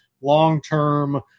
long-term